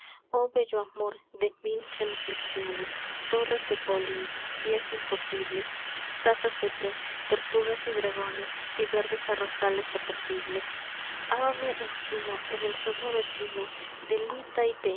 oh bello amor de mil genuflexiones torres de kaolín pies imposibles tazas de té tortugas y dragones y verdes arrozales apacibles ámame en chino en el sonoro chino